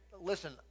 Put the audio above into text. listen